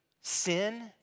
sin